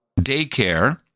daycare